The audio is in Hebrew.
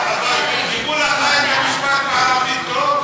תרגמו לך את המשפט בערבית טוב?